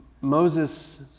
Moses